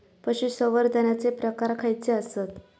पशुसंवर्धनाचे प्रकार खयचे आसत?